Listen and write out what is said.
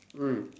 mm